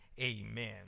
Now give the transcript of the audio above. amen